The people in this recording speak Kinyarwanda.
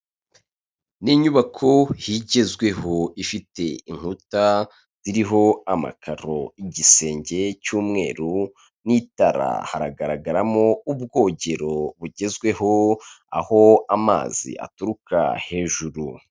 Ni inyubako igezweho. Ifite inkuta, iriho amakaro, igisenge cy'umweru n'itara, haragaragaramo ubwogero bugezweho aho amazi aturuka hejuru.